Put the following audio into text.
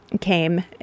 came